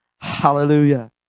Hallelujah